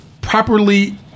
properly